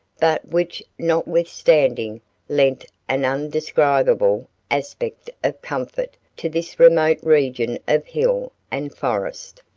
but which notwithstanding lent an indescribable aspect of comfort to this remote region of hill and forest.